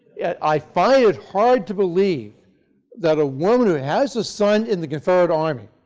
i find it hard to believe that a woman who has a son in the confederate army,